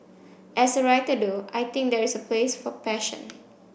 as a writer though I think there is a place for passion